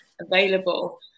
available